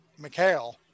McHale